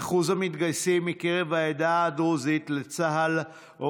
אחוז המתגייסים לצה"ל מקרב העדה הדרוזית עומד